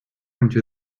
into